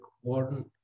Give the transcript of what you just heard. one